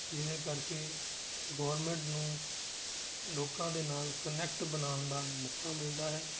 ਜਿਹਦੇ ਕਰਕੇ ਗੌਰਮੈਂਟ ਨੂੰ ਲੋਕਾਂ ਦੇ ਨਾਲ ਕਨੈਕਟ ਬਣਾਉਣ ਦਾ ਮੌਕਾ ਮਿਲਦਾ ਹੈ